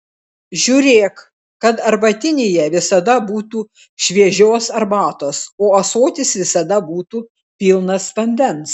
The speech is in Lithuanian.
žiūrėk kad arbatinyje visada būtų šviežios arbatos o ąsotis visada būtų pilnas vandens